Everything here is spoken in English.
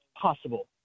possible